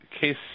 case